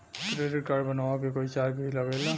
Credit card बनवावे के कोई चार्ज भी लागेला?